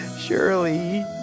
surely